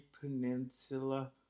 Peninsula